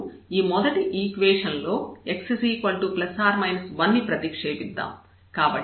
ఇప్పుడు ఈ మొదటి ఈక్వేషన్ లో x ± 1 ని ప్రతిక్షేపిద్దాం